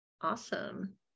Awesome